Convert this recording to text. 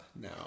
now